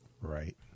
Right